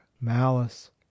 malice